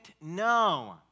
No